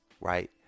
right